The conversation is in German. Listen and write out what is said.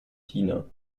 diener